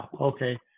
okay